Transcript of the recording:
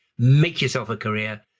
make yourself a career,